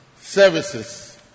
services